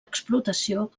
explotació